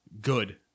good